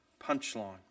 punchline